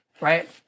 right